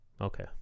Okay